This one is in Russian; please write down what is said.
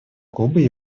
кубы